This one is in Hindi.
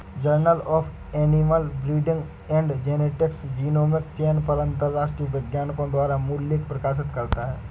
journal of Animal Breeding and Genetics genomic चयन पर अंतरराष्ट्रीय वैज्ञानिकों द्वारा मूल लेख प्रकाशित करता है